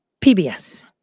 PBS